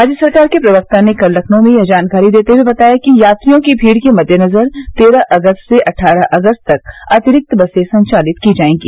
राज्य सरकार के प्रवक्ता ने कल लखनऊ में यह जानकारी देते हए बताया कि यात्रियों की भीड़ के मद्देनजर तेरह अगस्त से अट्ठारह अगस्त तक अतिरिक्त बसे संचालित की जायेंगी